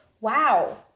wow